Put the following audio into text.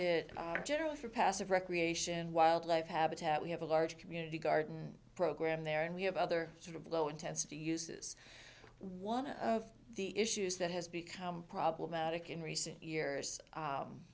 it generally for passive recreation wildlife habitat we have a large community garden program there and we have other sort of low intensity uses one of the issues that has become problematic in recent years